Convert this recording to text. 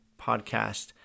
podcast